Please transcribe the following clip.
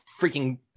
freaking